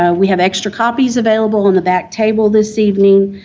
ah we have extra copies available in the back table this evening,